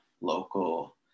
local